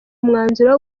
umwanzuro